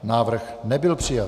Návrh nebyl přijat.